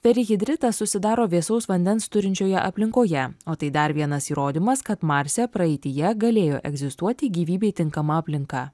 perihidritas susidaro vėsaus vandens turinčioje aplinkoje o tai dar vienas įrodymas kad marse praeityje galėjo egzistuoti gyvybei tinkama aplinka